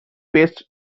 best